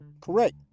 Correct